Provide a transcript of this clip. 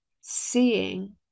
seeing